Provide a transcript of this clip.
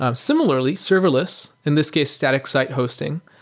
um similarly, serverless, in this case, static site hosting,